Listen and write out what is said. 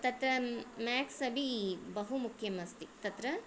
तत् मेक्स् अपि बहुमुख्यम् अस्ति तत्र